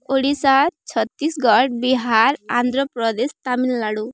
Odisha Chhattisgarh Bihar Andhra Pradesh Tamil Nadu